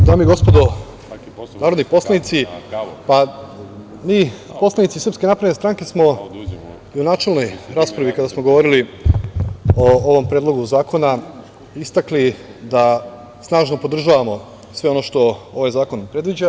Dame i gospodo narodni poslanici, mi poslanici SNS smo i u načelnoj raspravi kada smo govorili o ovom Predlogu zakona istakli da snažno podržavamo sve ono što ovaj zakon predviđa.